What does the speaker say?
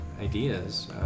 ideas